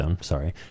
sorry